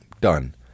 done